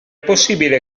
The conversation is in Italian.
possibile